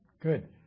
Good